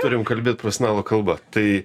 turim kalbėt profesionalo kalba tai